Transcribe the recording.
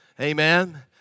Amen